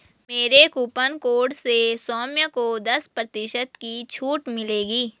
मेरे coupon code से सौम्य को दस प्रतिशत की छूट मिलेगी